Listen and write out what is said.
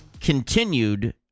continued